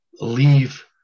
leave